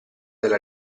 della